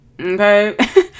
Okay